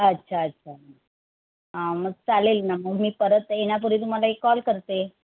अच्छा अच्छा मग चालेल ना मग मी परत येण्यापूर्वी तुम्हाला एक कॉल करते